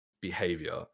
behavior